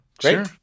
Sure